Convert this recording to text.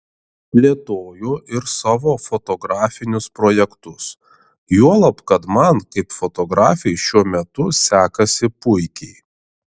plėtoju ir savo fotografinius projektus juolab kad man kaip fotografei šiuo metu sekasi puikiai